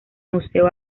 museo